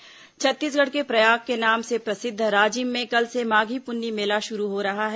राजिम पुन्नी मेला छत्तीसगढ़ के प्रयाग के नाम से प्रसिद्ध राजिम में कल से माघी पुन्नी मेला शुरू हो रहा है